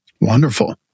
wonderful